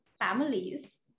families